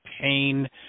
pain